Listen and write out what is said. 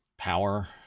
power